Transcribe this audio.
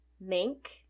Mink